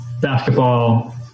basketball